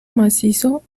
macizo